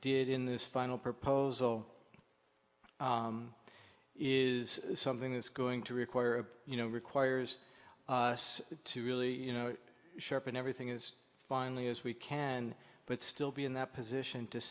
did in this final proposal it is something that's going to require you know requires us to really you know sharpen everything is finally as we can but still be in that position to